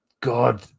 god